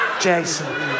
Jason